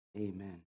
Amen